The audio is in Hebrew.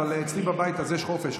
אבל אצלי בבית יש חופש,